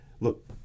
look